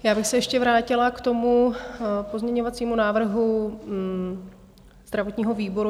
Já bych se ještě vrátila k pozměňovacímu návrhu zdravotního výboru.